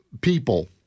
people